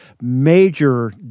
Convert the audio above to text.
major